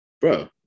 Bro